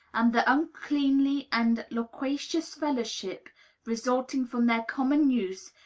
and the uncleanly and loquacious fellowship resulting from their common use,